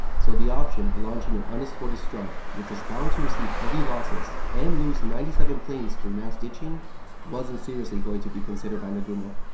so, the option of launching an unescorted strike, which was bound to receive heavy losses, and lose ninety seven planes through mass ditching wasn't seriously going to be considered by nagumo.